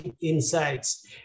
insights